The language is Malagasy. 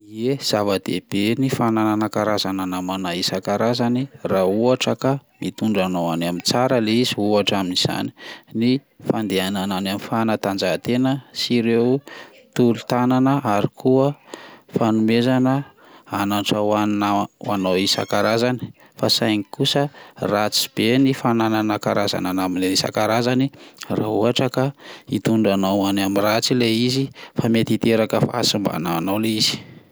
Ye, zava-dehibe ny fananana karazana namana isan-karazany raha ohatra ka mitondra anao any amin'ny tsara le izy, ohatra amin'izany ny fandehana any amin'ny fanatanjahantena sy ireo tolon-tanana ary koa fanomezana anatra hoana- ho anao isan-karazany fa saingy kosa ratsy be fananana karazana namana amin'ilay isan-karazany raha ohatra ka hitondra anao any amin'ny ratsy le izy, fa mety hiteraka fahasimbana hoa anao le izy.